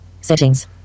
Settings